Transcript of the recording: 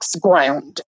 ground